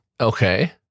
Okay